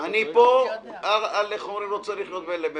כאשר אני פה לא צריך להיות במתח.